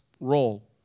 role